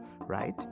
right